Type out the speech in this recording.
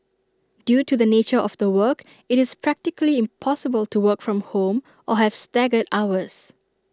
due to the nature of the work IT is practically impossible to work from home or have staggered hours